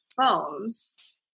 phones